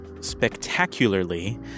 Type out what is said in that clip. spectacularly